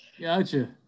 gotcha